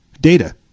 data